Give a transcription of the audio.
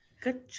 Good